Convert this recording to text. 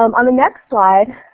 um on the next slide